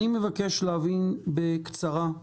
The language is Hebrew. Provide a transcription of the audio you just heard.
אני מבקש להבין בקצרה,